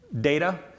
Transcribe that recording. data